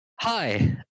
Hi